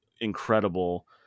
incredible